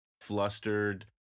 flustered